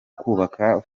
kubaka